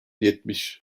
yetmiş